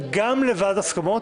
גם לוועדת הסכמות,